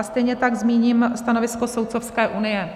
A stejně tak zmíním stanovisko Soudcovské unie.